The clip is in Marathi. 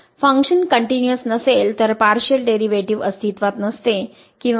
फंक्शन कनट्युनिअस नसेल तर पार्शिअल डेरिव्हेटिव्ह अस्तित्वात नसते किंवा फंक्शन कनट्युनिअस असेल